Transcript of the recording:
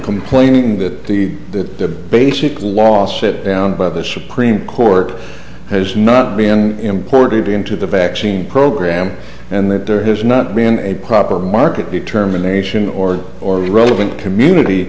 complaining that the the basic law sit down by the supreme court has not been imported into the vaccine program and that there has not been a proper market determination or or relevant community